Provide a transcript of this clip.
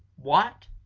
what!